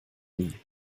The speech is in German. nie